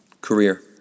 Career